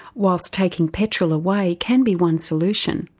while taking petrol away can be one solution,